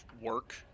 work